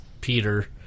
Peter